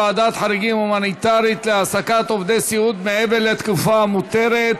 ועדת חריגים הומניטרית להעסקת עובדי סיעוד מעבר לתקופה המותרת),